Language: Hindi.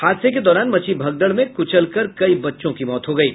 हादसे के दौरान मची भगदड़ में कुचल कर कई बच्चों की मौत हो गयी